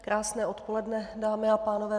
Krásné odpoledne, dámy a pánové.